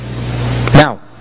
Now